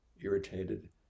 irritated